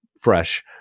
fresh